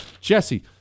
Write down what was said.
Jesse